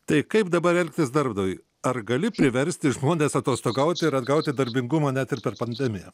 tai kaip dabar elgtis darbdaviui ar gali priversti žmones atostogauti ir atgauti darbingumą net ir per pandemiją